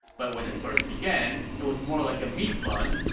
but when it first began, it was more like a meat bun.